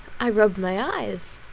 i rubbed my eyes,